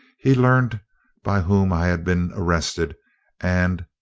he learnt by whom i had been arrested and,